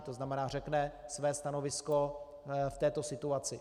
To znamená řekne své stanovisko v této situaci.